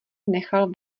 nechal